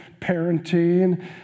parenting